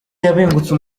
yabengutse